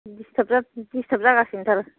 disturb disturb जागासिनो थार